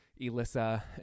Elissa